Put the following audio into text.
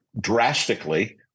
drastically